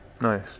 Nice